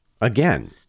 Again